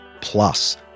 plus